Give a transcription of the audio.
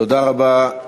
תודה רבה,